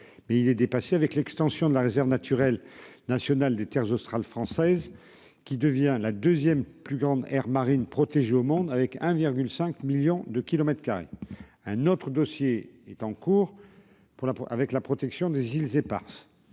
mais il est dépassé, avec l'extension de la réserve naturelle nationale des Terres australes françaises qui devient la 2ème plus grande aire marine protégée au monde avec 1,5 millions de kilomètres carrés, un autre dossier est en cours pour la avec la protection des îles éparses,